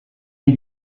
did